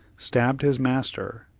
stabbed his master,